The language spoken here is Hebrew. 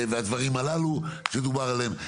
והדברים הללו שדובר עליהם,